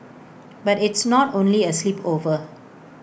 but it's not only A sleepover